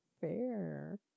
fair